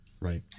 right